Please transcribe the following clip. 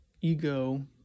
ego